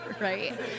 right